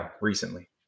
recently